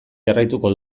jarraituko